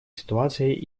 ситуации